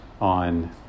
on